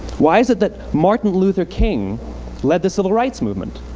why is it that martin luther king led the civil rights movement?